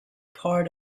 part